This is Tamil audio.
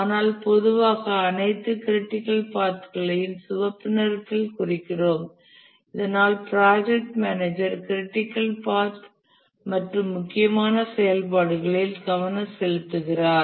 ஆனால் பொதுவாக அனைத்து க்ரிட்டிக்கல் பாத்களையும் சிவப்பு நிறத்தில் குறிக்கிறோம் இதனால் ப்ராஜெக்ட் மேனேஜர் க்ரிட்டிக்கல் பாத் மற்றும் முக்கியமான செயல்பாடுகளில் கவனம் செலுத்துகிறார்